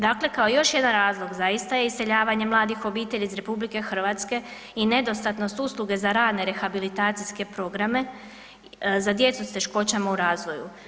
Dakle kao još jedan razlog za ista iseljavanja mladih obitelji RH je nedostatnost usluge za rane rehabilitacijske programe za djecu sa teškoćama u razvoju.